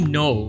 no